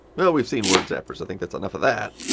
well we've seen word zappers, i think that's enough of that.